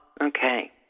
okay